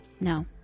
No